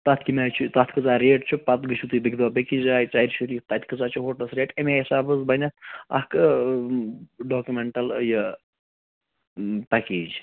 تَتھ کَمہِ آیہِ چھِ تَتھ کۭژاہ ریٹ چھِ پتہٕ گژھو تُہۍ بیٚکہِ دۄہ بیٚیِس جایہِ ژرارِ شریٖف تَتہِ کۭژاہ چھِ ہوٹَل ریٹ اَمی حِسابہٕ حظ بَنہِ اَتھ اَکھ ڈآکِمٮ۪نٹَل یہِ پیکیج